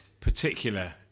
particular